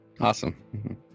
awesome